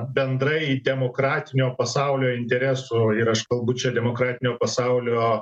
bendrai demokratinio pasaulio interesų ir aš kalbu čia demokratinio pasaulio